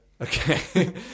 Okay